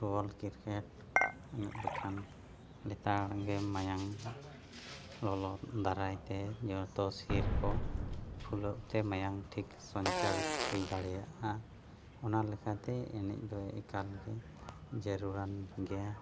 football cricket ᱮᱱᱮᱡ ᱞᱮᱠᱷᱟᱱ ᱞᱮᱛᱟᱲ ᱜᱮ ᱢᱟᱭᱟᱢ ᱞᱚᱞᱚ ᱫᱟᱨᱟᱭᱛᱮ ᱡᱚᱛᱚ ᱥᱤᱨ ᱠᱚ ᱯᱷᱩᱞᱟᱹᱜᱛᱮ ᱢᱟᱭᱟᱢ ᱴᱷᱤᱠ ᱥᱚᱧᱪᱟᱲᱤᱛ ᱦᱩᱭ ᱫᱟᱲᱮᱭᱟᱜᱼᱟ ᱚᱱᱟ ᱞᱮᱠᱟᱛᱮ ᱮᱱᱮᱡ ᱫᱚ ᱮᱠᱟᱞ ᱜᱮ ᱡᱟᱹᱨᱩᱲᱟᱱ ᱜᱮᱭᱟ